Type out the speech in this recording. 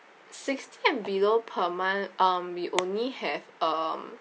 sixty and below per month um we only have um